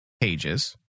pages